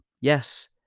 Yes